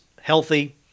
healthy